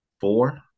four